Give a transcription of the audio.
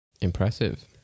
Impressive